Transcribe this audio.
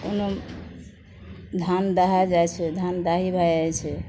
कोनो धान दहा जाइ छै धान दाही भए जाइ छै